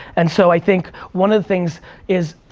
and so i think, one of the things is,